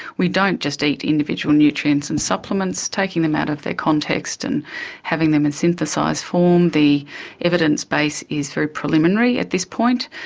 we don't just eat individual nutrients and supplements, taking them out of their context and having them in synthesised form. the evidence base is very preliminary at this point,